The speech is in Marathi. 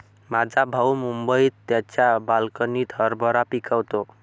माझा भाऊ मुंबईत त्याच्या बाल्कनीत हरभरा पिकवतो